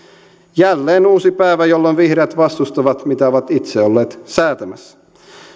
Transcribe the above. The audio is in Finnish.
jälleen uusi päivä jolloin vihreät vastustavat sitä mitä ovat itse olleet säätämässä